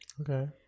Okay